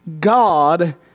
God